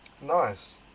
Nice